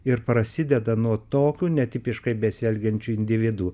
ir prasideda nuo tokių netipiškai besielgiančių individų